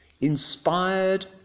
inspired